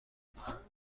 هستم